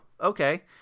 okay